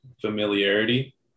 familiarity